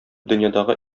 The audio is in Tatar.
дөньядагы